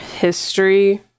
history